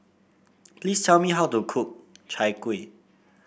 please tell me how to cook Chai Kuih